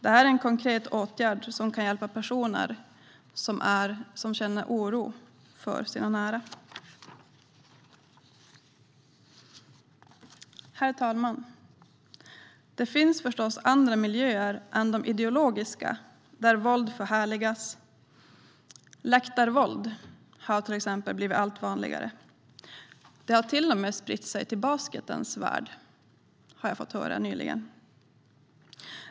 Det här är en konkret åtgärd som kan hjälpa personer som känner oro för sina nära. Herr talman! Det finns förstås andra miljöer än de ideologiska där våld förhärligas. Läktarvåld, till exempel, har blivit allt vanligare. Det har till och med spritt sig till basketens värld, har jag fått höra nyligen.